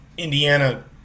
Indiana